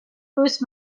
boost